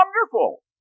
wonderful